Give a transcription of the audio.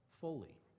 fully